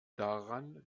daran